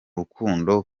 rukundo